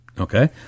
Okay